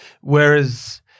Whereas